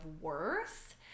worth